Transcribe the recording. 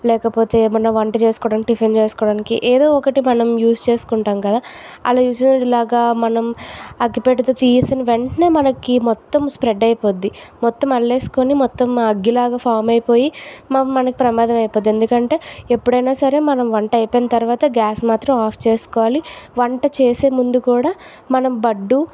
లేకపోతే ఏమైనా వంట చేసుకోవడానికో టిఫిన్ చేసుకోవడానికి ఎదో ఒకటి మనం యూస్ చేసుకుంటాం కదా అలా యూస్ అయ్యేలాగా మనం అగ్గిపెట్టెతో తీసిన వెంటనే మనకి మొత్తం స్ప్రెడ్ అయిపోద్ది మొత్తం అల్లేసుకోని మొత్తం అగ్గి లాగా ఫామ్ అయిపోయి మ మనకి ప్రమాదము అయిపోతుంది ఎందుకంటే ఎప్పుడైనా సరే మనం వంట అయిపోయిన తర్వాత గ్యాస్ మాత్రం ఆఫ్ చేసుకోవాలి వంట చేసే ముందు కూడా మనం బడ్డు